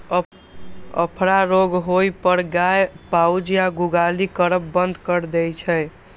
अफरा रोग होइ पर गाय पाउज या जुगाली करब बंद कैर दै छै